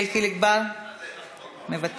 יחיאל חיליק בר, מוותר,